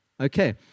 Okay